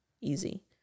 easy